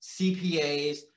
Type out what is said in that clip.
CPAs